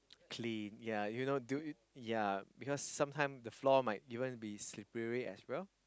clean yea you know do you yea because sometime the floor might even be slippery as well